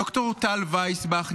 ד"ר טל וייסבאך,